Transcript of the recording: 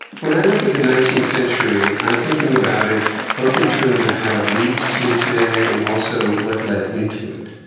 when i look at the nineteenth century i'm thinking about it both in terms of how it leads to today and also what led into it.